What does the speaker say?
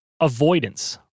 Avoidance